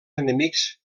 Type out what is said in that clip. enemics